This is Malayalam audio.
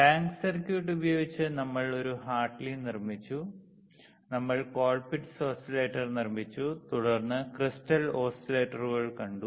ടാങ്ക് സർക്യൂട്ട് ഉപയോഗിച്ച് നമ്മൾ ഒരു ഹാർട്ട്ലി നിർമ്മിച്ചു നമ്മൾ കോൾപിറ്റ്സ് ഓസിലേറ്റർ നിർമ്മിച്ചു തുടർന്ന് ക്രിസ്റ്റൽ ഓസിലേറ്ററുകൾ കണ്ടു